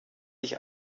sich